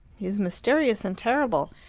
he's mysterious and terrible.